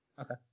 okay